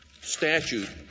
statute